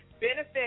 benefit